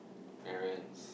parents